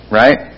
right